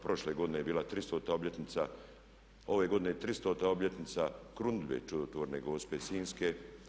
Prošle godine je bila 300. obljetnica, ove godine je 300. obljetnica krunidbe čudotvorne gospe sinjske.